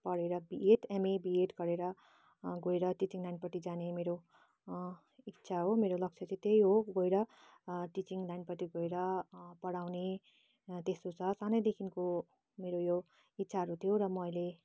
पढेर BEd MA BEd गरेर गएर टिचिङ लाइनपट्टि जाने मेरो इच्छा हो मेरो लक्ष्य त त्यही हो गएर टिचिङ लाइनपट्टि गएर पढाउने त्यस्तो छ सानैदेखिको मेरो यो इच्छाहरू थियो र म अहिले